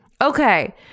Okay